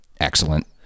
excellent